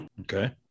Okay